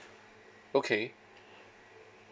okay